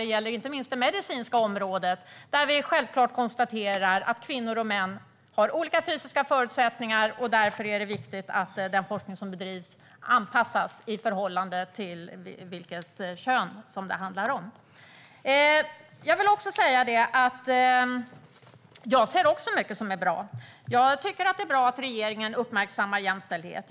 Det gäller inte minst det medicinska området, där vi självklart konstaterar att kvinnor och män har olika fysiska förutsättningar och att det därför är viktigt att den forskning som bedrivs anpassas i förhållande till kön. Även jag ser mycket som är bra. Jag tycker att det är bra att regeringen uppmärksammar jämställdhet.